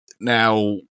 Now